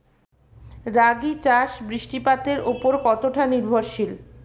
রাগী চাষ বৃষ্টিপাতের ওপর কতটা নির্ভরশীল?